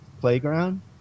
Playground